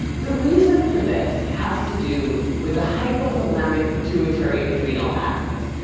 the reason for this has to do with the hypothalamic-pituitary-adrenal axis,